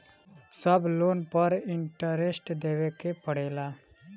सब लोन पर इन्टरेस्ट देवे के पड़ेला?